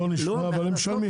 לא נשמע, אבל הם משלמים.